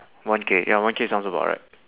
one K ya one K sounds about right